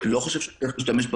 אבל לצד כל זה צריך לומר שהתרחישים,